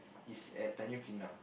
is at Tanjong Pinang